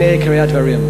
הנה עיקרי הדברים,